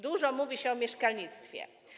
Dużo mówi się o mieszkalnictwie.